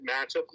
matchup